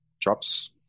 drops